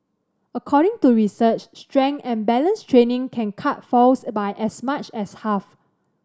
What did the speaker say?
according to research strength and balance training can cut falls by as much as half